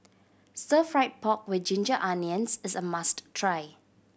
Stir Fried Pork With Ginger Onions is a must try